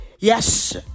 Yes